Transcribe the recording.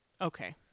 Okay